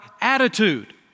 attitude